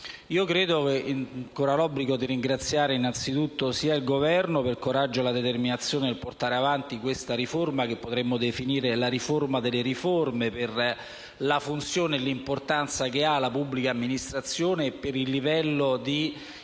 Credo corra l'obbligo di ringraziare innanzitutto il Governo, per il coraggio e la determinazione nel portare avanti questa riforma, che potremmo definire la riforma delle riforme per la funzione e l'importanza che riveste la pubblica amministrazione e per il livello di